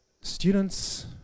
students